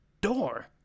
door